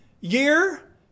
year